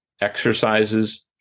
exercises